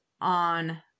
on